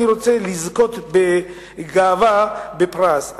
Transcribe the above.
אני רוצה לזכות בגאווה בפרס,